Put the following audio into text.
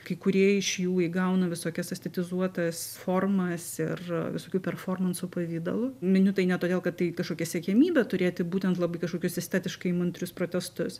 kai kurie iš jų įgauna visokias estetizuotas formas ir visokių performansų pavidalu miniu tai ne todėl kad tai kažkokia siekiamybė turėti būtent labai kažkokius estetiškai įmantrius protestus